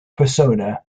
persona